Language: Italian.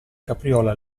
capriola